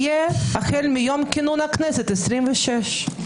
יהיה החל מיום כינון הכנסת העשרים-ושש.